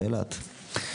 ובכללם אילת.